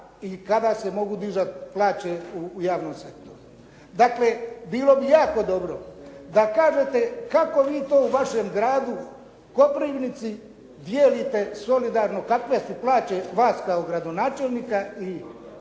i kada se mogu dizati plaće u javnom sektoru. Dakle, bilo bi jako dobro, da kažete kako vi to u vašem gradu Koprivnici dijelite solidarno kakve su plaće vas kao gradonačelnika i